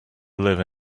live